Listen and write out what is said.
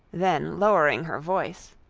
then lowering her voice,